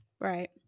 Right